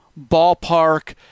ballpark